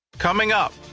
coming up,